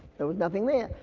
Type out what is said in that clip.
there was nothing there.